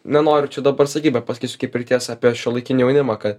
nenoriu čia dabar sakyt bet pasakysiu kaip ir tiesą apie šiuolaikinį jaunimą kad